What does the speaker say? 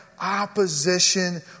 Opposition